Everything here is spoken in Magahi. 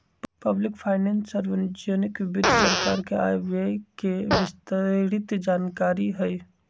पब्लिक फाइनेंस सार्वजनिक वित्त सरकार के आय व व्यय के विस्तृतजानकारी हई